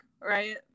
right